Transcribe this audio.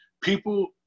People